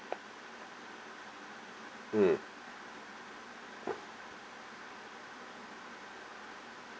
mm